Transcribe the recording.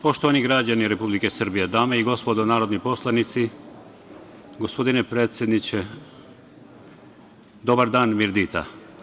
Poštovani građani Republike Srbije, dame i gospodo narodni poslanici, gospodine predsedniče, dobar dan, mirdita.